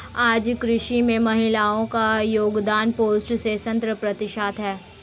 आज कृषि में महिलाओ का योगदान पैसठ से सत्तर प्रतिशत है